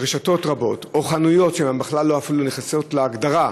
שרשתות רבות או חנויות שבכלל אפילו לא נכנסות להגדרה